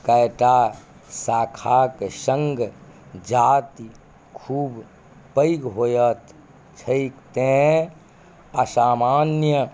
कएटा शाखाक सङ्ग जाति खूब पैघ होयत छैक तेँ असामान्य